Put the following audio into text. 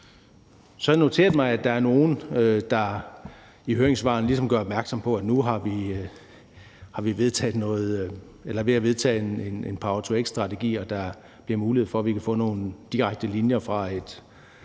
jeg noteret mig, at der er nogle, der i høringssvarene ligesom gør opmærksom på, at nu er vi ved at få vedtaget en power-to-x-strategi, og der bliver mulighed for, at vi kan få nogle linjer fra